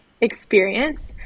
experience